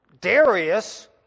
Darius